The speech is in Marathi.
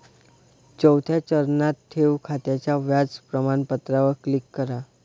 चौथ्या चरणात, ठेव खात्याच्या व्याज प्रमाणपत्रावर क्लिक करा